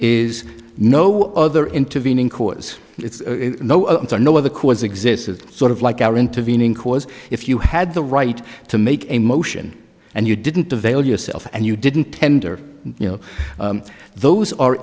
is no other intervening cause it's no answer no the cause exists is sort of like our intervening cause if you had the right to make a motion and you didn't avail yourself and you didn't tender you know those are